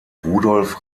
rudolf